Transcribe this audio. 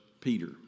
Peter